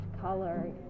color